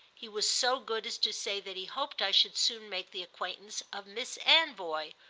he was so good as to say that he hoped i should soon make the acquaintance of miss anvoy,